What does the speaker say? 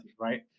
right